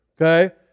Okay